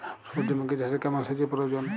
সূর্যমুখি চাষে কেমন সেচের প্রয়োজন?